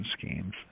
schemes